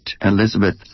Elizabeth